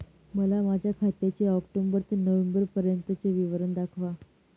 मला माझ्या खात्याचे ऑक्टोबर ते नोव्हेंबर पर्यंतचे विवरण दाखवा